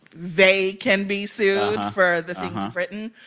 they can be sued for the things you've written.